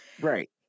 Right